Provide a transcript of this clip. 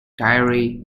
diary